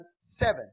seven